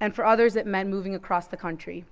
and for others it meant moving across the country.